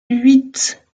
huit